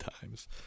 times